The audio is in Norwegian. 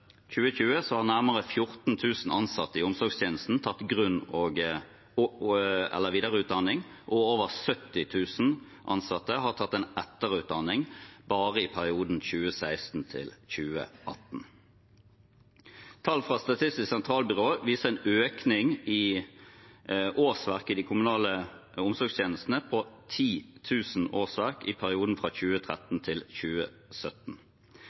2020 har nærmere 14 000 ansatte i omsorgstjenesten tatt en grunn- eller videreutdanning, og over 70 000 ansatte har tatt en etterutdanning bare i perioden 2016–2018. Tall fra Statistisk sentralbyrå viser en økning i årsverk i de kommunale omsorgstjenestene på 10 000 årsverk i perioden fra 2013 til 2017.